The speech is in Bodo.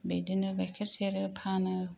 बिदिनो गाइखेर सेरो फानो